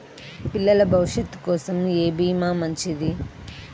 పిల్లల భవిష్యత్ కోసం ఏ భీమా మంచిది?